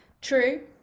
True